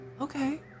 Okay